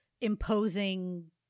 imposing